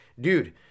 dude